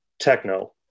Techno